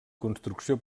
construcció